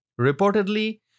Reportedly